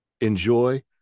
enjoy